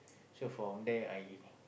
so from there I